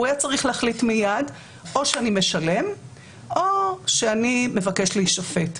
הוא היה צריך להחליט מיד או לשלם או לבקש להישפט.